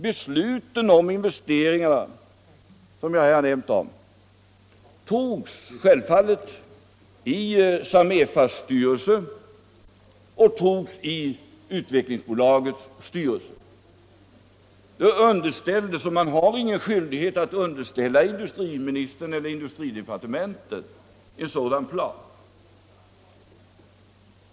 Besluten om investeringarna, som jag här har nämnt om, fattades självfallet i Samefas styrelse och Utvecklingsbolagets styrelse. Man har ingen skyldighet att underställa industriministern eller industridepartementet en sådan plan.